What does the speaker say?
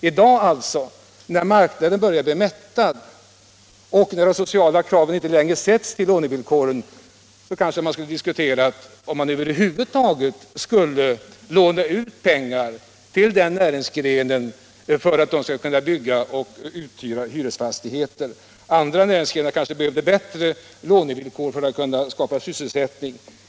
I dag, när marknaden alltså börjar bli mättad och när de sociala kraven inte längre knyts till lånevillkoren, så kanske man borde diskutera om man över huvud taget skulle låna ut pengar till denna näringsgren för att hjälpa företagen att bygga och hyra ut lägenheter. Det kan hända att andra näringsgrenar i stället skulle behöva bättre lånevillkor för att kunna skapa sysselsättning.